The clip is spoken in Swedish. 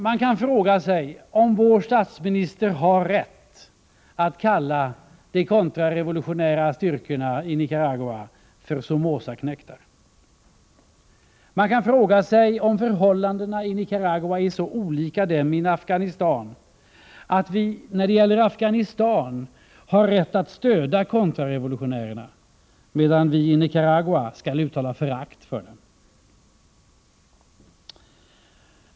Man kan fråga sig om vår statsminister har rätt att kalla de kontrarevolutionära styrkorna i Nicaragua för Somozaknektar. Man kan fråga sig om förhållandena i Nicaragua är så olika dem i Afghanistan att vi när det gäller Afghanistan har rätt att stödja kontrarevolutionärerna medan vi när det gäller Nicaragua skall uttala förakt för dem.